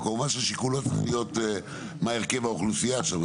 אבל כמובן שהשיקול לא צריך להיות מה הרכב האוכלוסייה שם.